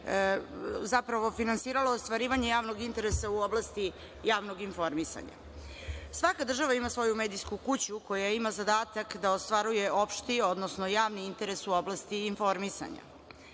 zapravo finansiralo ostvarivanje javnog interesa u oblasti javnog informisanja. Svaka država ima svoju medijsku kuću koja ima zadatak da ostvaruje opšti, odnosno javni interes u oblasti informisanja.